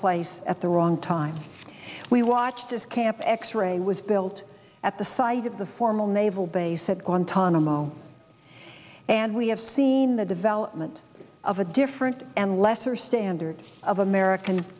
place at the wrong time we watched as camp x ray was built at the site of the formal naval base at guantanamo and we have seen the development of a different and lesser standard of american